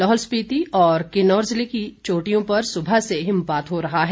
लाहौल स्पीति और किन्नौर जिले की चोटियों पर सुबह से हिमपात हो रहा है